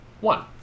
One